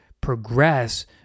progress